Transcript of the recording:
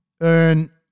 earn